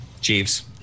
Jeeves